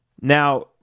Now